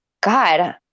God